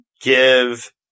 give